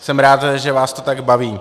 Jsem rád, že vás to tak baví.